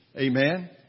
Amen